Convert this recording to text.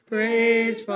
Praise